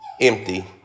Empty